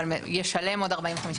אבל ישלם עוד 45,